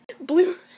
Blue